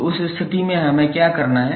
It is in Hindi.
तो उस स्थिति में हमें क्या करना है